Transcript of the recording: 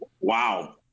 Wow